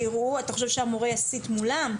אתה חושב שהמורה יסית מולם?